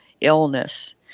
illness